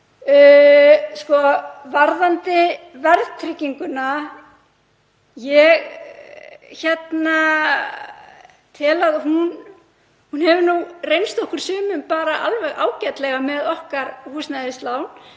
Varðandi verðtrygginguna þá tel ég að hún hafi nú reynst okkur sumum bara alveg ágætlega með okkar húsnæðislán.